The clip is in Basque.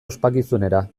ospakizunera